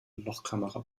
lochkamera